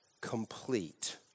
complete